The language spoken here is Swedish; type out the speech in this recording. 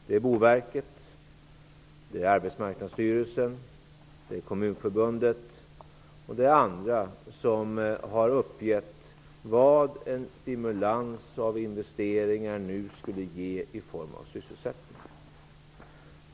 Det rör sig om Boverket, Arbetsmarknadsstyrelsen, Kommunförbundet och andra myndigheter som har uppgett vad en stimulans av investeringar nu skulle ge i form av sysselsättning.